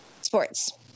Sports